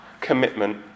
commitment